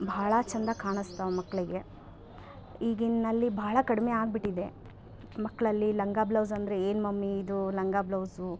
ಭಾಳ ಚಂದ ಕಾಣಸ್ತಾವೆ ಮಕ್ಕಳಿಗೆ ಈಗಿನಲ್ಲಿ ಭಾಳ ಕಡಿಮೆ ಆಗ್ಬಿಟ್ಟಿದೆ ಮಕ್ಕಳಲ್ಲಿ ಲಂಗ ಬ್ಲೌಸ್ ಅಂದರೆ ಏನು ಮಮ್ಮಿ ಇದು ಲಂಗ ಬ್ಲೌಸು